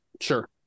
sure